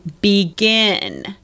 begin